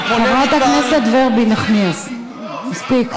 חברת הכנסת ורבין נחמיאס, מספיק.